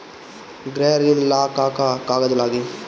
गृह ऋण ला का का कागज लागी?